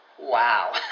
Wow